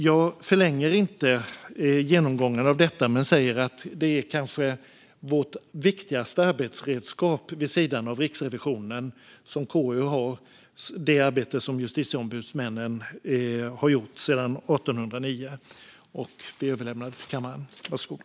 Jag ska inte förlänga genomgången av detta, men jag vill säga att KU:s kanske viktigaste arbetsredskap, vid sidan av Riksrevisionen, är det arbete som justitieombudsmännen har gjort sedan 1809. Vi överlämnar det till kammaren - var så goda!